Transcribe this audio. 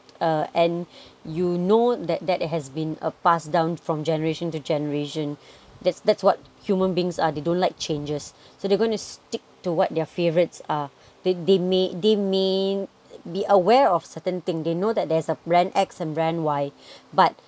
uh and you know that that it has been a pass down from generation to generation that's that's what human beings are they don't like changes so they're going to stick to what their favorites are they they may they may be aware of certain thing they know that there's a brand x and brand y but